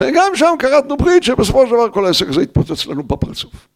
וגם שם כרתנו ברית שבסופו של דבר כל העסק הזה התפוצץ לנו בפרצוף.